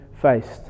faced